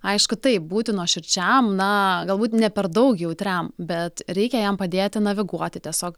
aišku taip būti nuoširdžiam na galbūt ne per daug jautriam bet reikia jam padėti naviguoti tiesiog